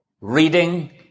reading